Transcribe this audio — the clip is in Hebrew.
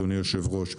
אדוני היושב-ראש,